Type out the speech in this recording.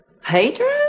Pedro